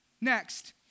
next